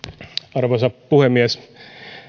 arvoisa puhemies